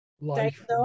life